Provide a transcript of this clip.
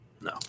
no